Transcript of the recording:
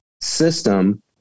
system